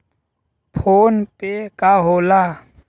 PhonePe का होला?